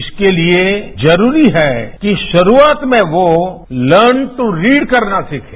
इसके लिए जरूरी है कि शुरूआत में वो लर्न टू रीड करना सीखें